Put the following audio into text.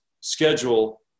schedule